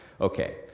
okay